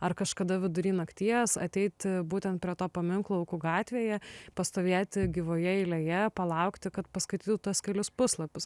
ar kažkada vidury nakties ateiti būtent prie to paminklo aukų gatvėje pastovėti gyvoje eilėje palaukti kad paskaitytų tuos kelis puslapius